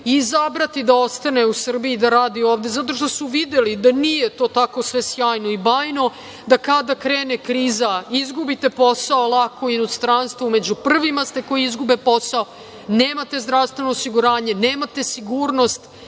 izabrati da ostane u Srbiji i da radi ovde, jer su videli da nije to tako sve sjajno i bajno, da kada krene kriza izgubite posao lako u inostranstvu, među prvima ste koji izgube posao, nemate zdravstveno osiguranje, nemate sigurnost,